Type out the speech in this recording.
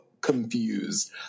confused